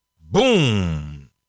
Boom